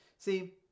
See